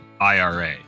IRA